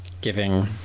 giving